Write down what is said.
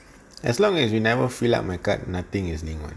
as long as you never fill up my card nothing is linked one